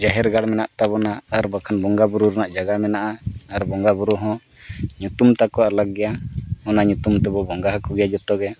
ᱡᱟᱦᱮᱨ ᱜᱟᱲ ᱢᱮᱱᱟᱜ ᱛᱟᱵᱚᱱᱟ ᱟᱨ ᱵᱟᱠᱷᱟᱱ ᱵᱚᱸᱜᱟ ᱵᱳᱨᱳ ᱨᱮᱱᱟᱜ ᱡᱟᱭᱜᱟ ᱢᱮᱱᱟᱜᱼᱟ ᱟᱨ ᱵᱚᱸᱜᱟ ᱵᱳᱨᱳ ᱦᱚᱸ ᱧᱩᱛᱩᱢ ᱛᱟᱠᱚ ᱟᱞᱟᱜᱽ ᱜᱮᱭᱟ ᱚᱱᱟ ᱧᱩᱛᱩᱢ ᱛᱮᱵᱚ ᱵᱚᱸᱜᱟ ᱵᱳᱨᱳᱭᱟ ᱡᱚᱛᱚᱜᱮ